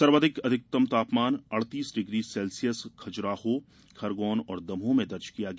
सर्वाधिक अधिकतम तापमान अड़तीस डिग्री सेल्सियस खजुराहो खरगौन और दमोह में दर्ज किया गया